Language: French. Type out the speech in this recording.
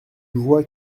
vois